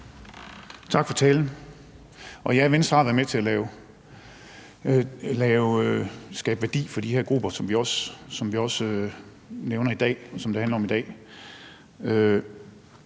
Tak for talen. Ja, Venstre har været med til at skabe værdi for de her grupper, som vi også nævner, og som det handler om i dag,